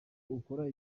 ukora